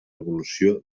evolució